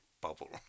bubble